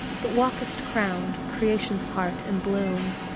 but walkest crowned, creation's heart and bloom.